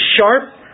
sharp